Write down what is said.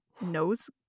nose